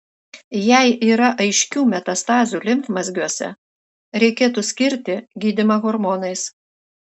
jei yra aiškių metastazių limfmazgiuose reikėtų skirti gydymą hormonais